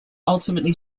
ultimately